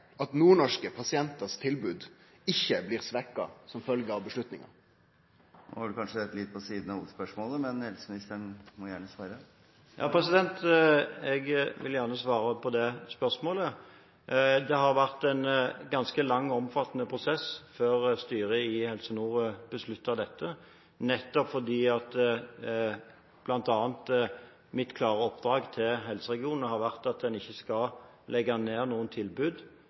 at tilbodet til nordnorske pasientar ikkje blir svekt som ei følgje av avgjerda? Nå var dette kanskje litt på siden av hovedspørsmålet, men helseministeren må gjerne svare. Jeg vil gjerne svare på det spørsmålet. Det har vært en ganske lang og omfattende prosess før styret i Helse Nord besluttet dette, bl.a. fordi mitt klare oppdrag til helseregionene har vært at en ikke skal legge ned noen tilbud